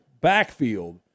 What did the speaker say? backfield